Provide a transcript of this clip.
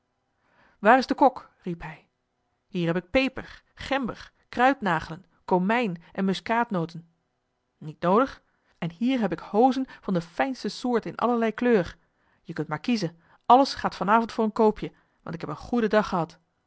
waar is de kok riep hij hier heb ik peper gember kruidnagelen komijn en muskaatnoten niet noodig en hier heb ik hozen van de fijnste soort in allerlei kleur je kunt maar kiezen alles gaat van avond voor een koopje want ik heb een goeden dag gehad